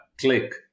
Click